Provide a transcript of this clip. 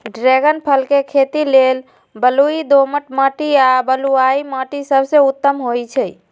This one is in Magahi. ड्रैगन फल के खेती लेल बलुई दोमट माटी आ बलुआइ माटि सबसे उत्तम होइ छइ